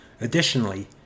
Additionally